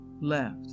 left